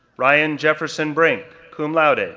ryan jefferson brink, cum laude,